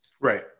Right